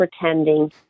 pretending